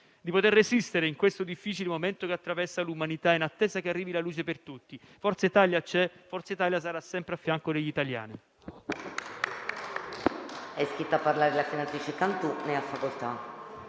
di poter resistere in questo difficile momento che attraversa l'umanità, in attesa che arrivi la luce per tutti. Forza Italia c'è e sarà sempre a fianco degli italiani.